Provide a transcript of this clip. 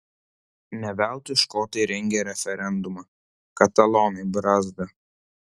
ne veltui škotai rengė referendumą katalonai brazda